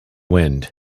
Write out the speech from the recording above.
wind